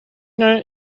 know